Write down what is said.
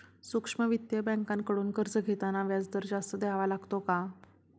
सूक्ष्म वित्तीय बँकांकडून कर्ज घेताना व्याजदर जास्त द्यावा लागतो का?